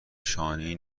شانهای